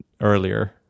earlier